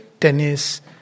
Tennis